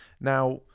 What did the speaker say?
Now